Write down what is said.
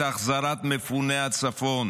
החזרת מפוני הצפון,